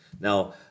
Now